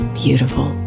beautiful